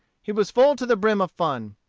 he was full to the brim of fun.